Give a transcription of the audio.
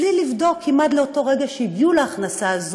בלי לבדוק אם עד לאותו רגע שהגיעו להכנסה הזאת,